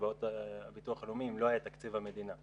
קצבאות הביטוח הלאומי אם לא היה תקציב המדינה,